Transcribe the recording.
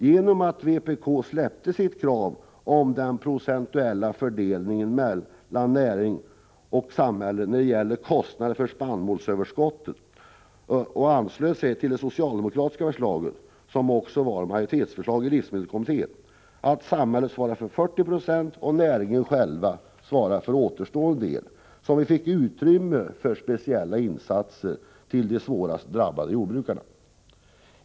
Genom att vpk släppte sitt krav på procentuell fördelning mellan näring och samhälle när det gäller kostnader för spannmålsöverskottet och anslöt sig till det socialdemokratiska förslaget, som också var majoritetsförslag i livsmedelskommittén, innebärande att samhället svarar för 40 96 och näringen själv för återstående del, fick vi utrymme för att göra speciella insatser för de svårast drabbade jordbrukarna.